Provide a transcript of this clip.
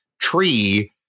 tree